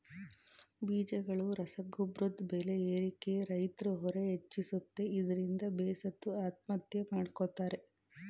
ಬೀಜಗಳು ರಸಗೊಬ್ರದ್ ಬೆಲೆ ಏರಿಕೆ ರೈತ್ರ ಹೊರೆ ಹೆಚ್ಚಿಸುತ್ತೆ ಇದ್ರಿಂದ ಬೇಸತ್ತು ಆತ್ಮಹತ್ಯೆ ಮಾಡ್ಕೋತಾರೆ